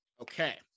Okay